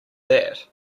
that